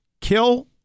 kill